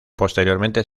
posteriormente